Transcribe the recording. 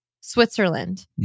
Switzerland